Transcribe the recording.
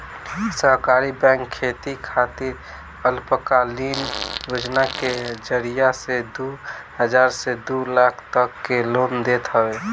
सहकारी बैंक खेती खातिर अल्पकालीन योजना के जरिया से दू हजार से दू लाख तक के लोन देत हवे